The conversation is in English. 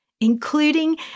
including